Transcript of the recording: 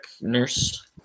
nurse